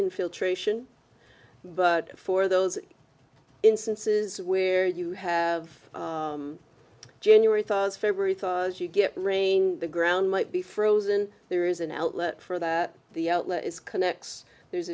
infiltration but for those instances where you have january february thaw you get rain the ground might be frozen there is an outlet for that the outlet is connex there's